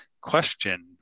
question